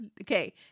Okay